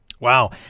Wow